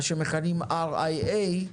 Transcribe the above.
מה שמכנים RIA,